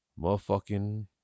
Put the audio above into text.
Motherfucking